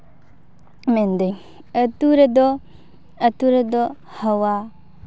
ᱢᱮᱱᱫᱟᱹᱧ ᱟᱛᱳ ᱨᱮᱫᱚ ᱟᱛᱳ ᱨᱮᱫᱚ ᱦᱟᱣᱟ